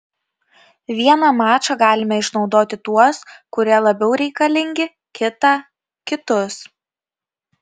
vieną mačą galime išnaudoti tuos kurie labiau reikalingi kitą kitus